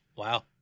Wow